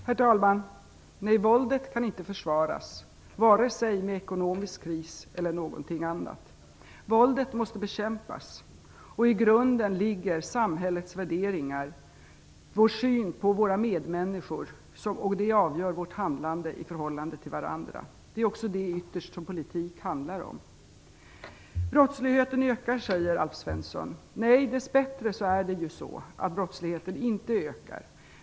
Herr talman! Nej, våldet kan inte försvaras vare sig med ekonomisk kris eller med någonting annat. Våldet måste bekämpas, och som grund härför ligger samhällets värderingar, vår syn på medmänniskorna, och detta avgör vårt handlande i förhållande till varandra. Det är också ytterst det som politik handlar om. Brottsligheten ökar, säger Alf Svensson. Nej, dessbättre är det så att brottsligheten inte ökar.